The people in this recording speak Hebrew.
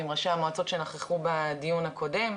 עם ראשי המועצות שנכחו בדיון הקודם?